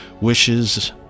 wishes